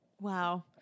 Wow